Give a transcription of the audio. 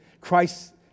Christ